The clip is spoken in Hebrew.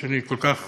שאני כל כך